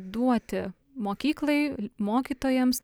duoti mokyklai mokytojams